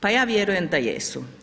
Pa ja vjerujem da jesu.